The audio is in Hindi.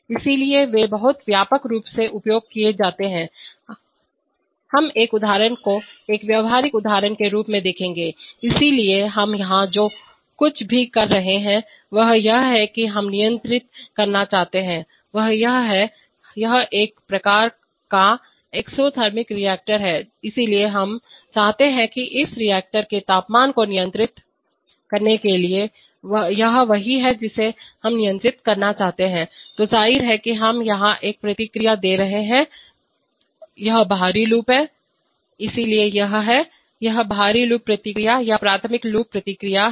इसलिए वे बहुत व्यापक रूप से उपयोग किए जाते हैं हम एक उदाहरण को एक व्यावहारिक उदाहरण के रूप में देखेंगे इसलिए हम यहां जो कुछ भी कर रहे हैं वह यह है कि हम नियंत्रित करना चाहते हैं यह वह है यह एक प्रकार का एक्सोथर्मिक रिएक्टर है इसलिए हम चाहते हैं इस रिएक्टर के तापमान को नियंत्रित करने के लिए यह वही है जिसे हम नियंत्रित करना चाहते हैं तो जाहिर है कि हम यहां एक प्रतिक्रिया दे रहे हैं यह बाहरी लूप है इसलिए यह है यह बाहरी लूप प्रतिक्रिया या प्राथमिक लूप प्रतिक्रिया है